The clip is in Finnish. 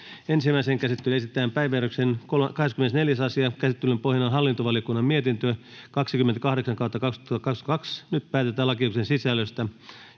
Ensimmäiseen käsittelyyn esitellään päiväjärjestyksen 27. asia. Käsittelyn pohjana on talousvaliokunnan mietintö TaVM 28/2022 vp. Nyt päätetään lakiehdotusten sisällöstä.